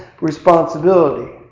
responsibility